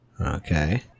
Okay